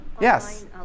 Yes